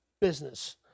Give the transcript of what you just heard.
business